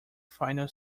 final